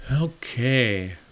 Okay